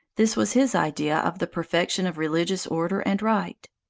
this was his idea of the perfection of religious order and right.